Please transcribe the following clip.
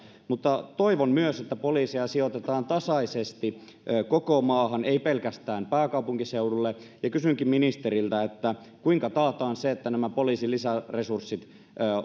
mutta toivon myös että poliiseja sijoitetaan tasaisesti koko maahan ei pelkästään pääkaupunkiseudulle ja kysynkin ministeriltä kuinka taataan että nämä poliisin lisäresurssit